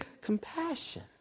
compassion